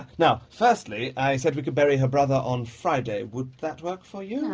now firstly i said we could bury her brother on friday would that work for you?